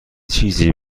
چیزی